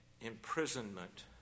imprisonment